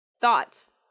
thoughts